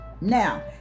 Now